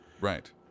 Right